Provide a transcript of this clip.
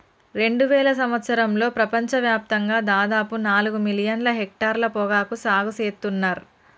రెండువేల సంవత్సరంలో ప్రపంచ వ్యాప్తంగా దాదాపు నాలుగు మిలియన్ల హెక్టర్ల పొగాకు సాగు సేత్తున్నర్